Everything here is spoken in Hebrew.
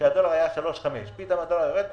כשהדולר היה 3.5. פתאום הדולר יורד,